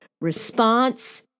response